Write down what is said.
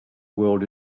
world